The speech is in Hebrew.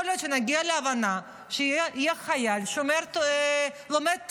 יכול להיות שנגיע להבנה שיהיה חייל לומד תורה,